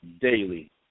daily